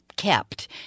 kept